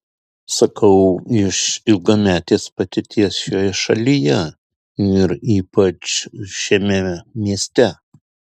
sakau iš ilgametės patirties šioje šalyje ir ypač šiame mieste